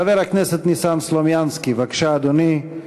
חבר הכנסת ניסן סלומינסקי, בבקשה, אדוני.